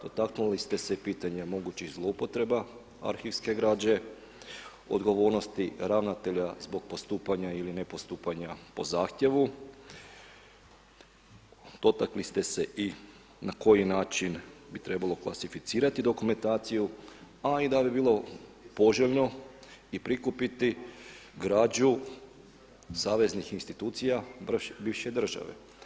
Dotaknuli ste se i pitanja mogućih zloupotreba arhivske građe, odgovornosti ravnatelja zbog postupanja ili ne postupanja po zahtjevu, dotakli ste se i na koji način bi trebalo klasificirati dokumentaciju, a i da bi bilo poželjno i prikupiti građu saveznih institucija bivše države.